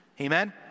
Amen